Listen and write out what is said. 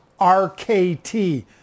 RKT